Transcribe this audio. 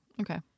Okay